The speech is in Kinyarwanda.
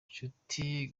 nshuti